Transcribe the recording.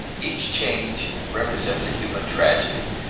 each change represents a human tragedy,